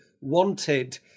wanted